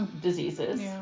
diseases